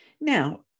Now